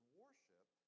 worship